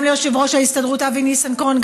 גם ליושב-ראש ההסתדרות אבי ניסנקורן,